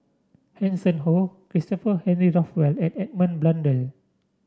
Hanson Ho Christopher Henry Rothwell and Edmund Blundell